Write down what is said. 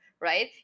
right